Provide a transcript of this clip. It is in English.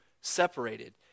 separated